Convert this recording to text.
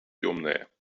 темное